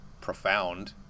profound